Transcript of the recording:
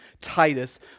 Titus